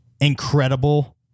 incredible